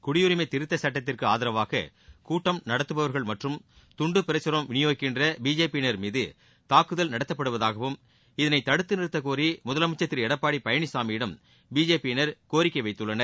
குடியுரிமை திருத்தச் சட்டத்திற்கு ஆதரவாக கூட்டம் நடத்தபவர்கள் மற்றம் துண்டு பிரச்சுரம் விநியோகிக்கின்ற பிஜேபியினர் மீது தூக்குதல் நடத்தப்படுவதாகவும் இதனை தடுத்து நிறத்த கோரி திரு எடப்பாடி பழனிசாமியிடம் பிஜேபியினர் கோரிக்கை வைத்துள்ளனர்